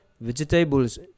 Vegetables